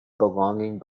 belonging